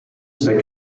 zweck